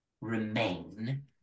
remain